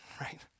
right